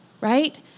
right